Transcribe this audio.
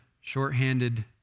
shorthanded